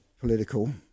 political